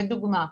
לדוגמה,